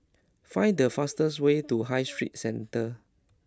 find the fastest way to High Street Centre